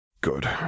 Good